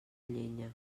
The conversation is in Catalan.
llenya